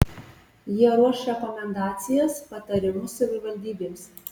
jie ruoš rekomendacijas patarimus savivaldybėms